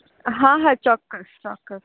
હા હા ચોક્કસ ચોક્કસ